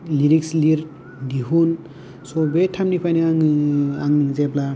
lyrics लिर दिहुन स' बे टाइम निफ्रायनो आङो आं जेब्ला